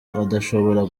adashobora